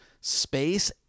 space